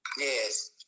Yes